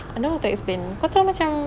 I don't know how to explain kau tahu macam